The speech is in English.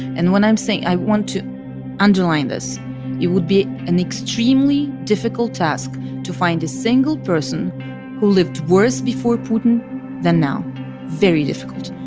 and when i'm saying i want to underline this it would be an extremely difficult task to find a single person who lived worse before putin than now very difficult